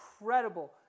incredible